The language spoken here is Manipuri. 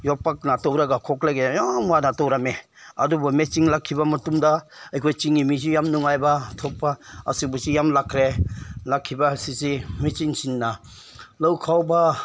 ꯌꯣꯝꯄꯥꯛꯅ ꯇꯧꯔꯒ ꯈꯣꯠꯂꯒ ꯌꯥꯝ ꯋꯥꯅ ꯇꯧꯔꯝꯃꯦ ꯑꯗꯨꯕꯨ ꯃꯦꯆꯤꯟ ꯂꯥꯛꯈꯤꯕ ꯃꯇꯨꯡꯗ ꯑꯩꯈꯣꯏ ꯆꯤꯡꯒꯤ ꯃꯤꯁꯨ ꯌꯥꯝ ꯅꯨꯡꯉꯥꯏꯕ ꯊꯣꯛꯄ ꯑꯁꯤꯒꯨꯝꯕꯁꯤ ꯌꯥꯝ ꯂꯥꯛꯈ꯭ꯔꯦ ꯂꯥꯛꯈꯤꯕ ꯑꯁꯤꯁꯤ ꯃꯦꯆꯤꯟꯁꯤꯡꯅ ꯂꯧ ꯈꯥꯎꯕ